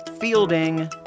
fielding